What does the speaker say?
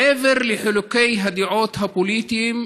מעבר לחילוקי הדעות הפוליטיים,